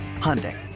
Hyundai